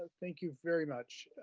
thank you very much.